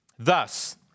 Thus